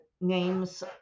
names